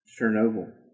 Chernobyl